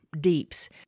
deeps